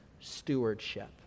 stewardship